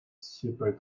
super